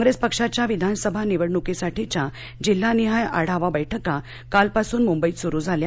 कॉप्रेस पक्षाच्या विधानसभा निवडणुकीसाठीच्या जिल्हानिहाय आढावा बैठका कालपासून मुंबईत सुरू झाल्या